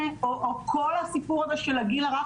כל הסיפור הזה של הגיל הרך,